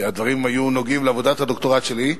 כי הדברים היו נוגעים לעבודת הדוקטורט שלי,